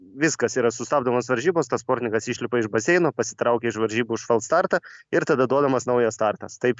viskas yra sustabdomos varžybos tas sportininkas išlipa iš baseino pasitraukia iš varžybų už fals startą ir tada duodamas naujas startas taip